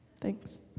Thanks